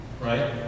right